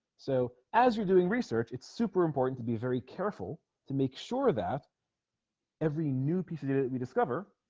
so as you're doing research it's super important to be very careful to make sure that every new piece of data that we discover